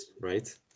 right